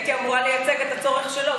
תיאורטית הייתי אמורה לייצג את הצורך שלו.